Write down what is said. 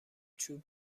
چوب